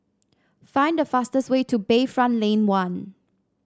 find the fastest way to Bayfront Lane One